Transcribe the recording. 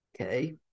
Okay